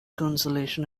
consolation